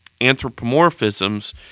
anthropomorphisms